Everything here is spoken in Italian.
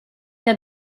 dai